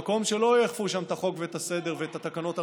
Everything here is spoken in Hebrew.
מקום שלא יאכפו בו את החוק ואת הסדר ואת התקנות הרפואיות,